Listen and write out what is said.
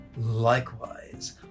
Likewise